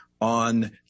on